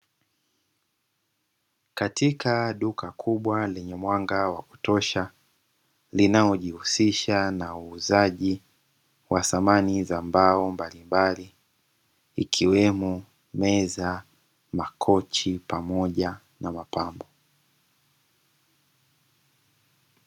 Katika duka kubwa lenye mwanga wa kutosha, linalojihusisha na uuzaji wa samani za mbao mbalimbali ikiwemo: meza, makochi pamoja na mapambo.